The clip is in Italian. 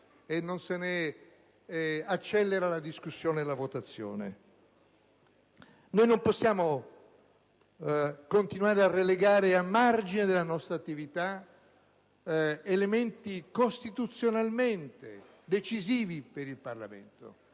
e non se ne accelera la discussione e la votazione. Non possiamo continuare a relegare a margine della nostra attività elementi costituzionalmente decisivi per il Parlamento;